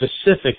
specific